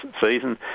season